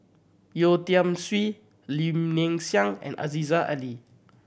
Yeo Tiam Siew Lim Ling and Aziza Ali